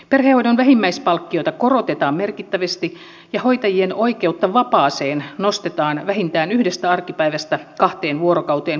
perhehoidon vähimmäispalkkiota korotetaan merkittävästi ja hoitajien oikeutta vapaaseen nostetaan vähintään yhdestä arkipäivästä kahteen vuorokauteen kuukaudessa